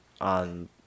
on